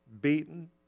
beaten